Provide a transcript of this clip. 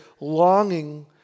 longing